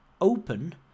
open